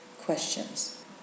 questions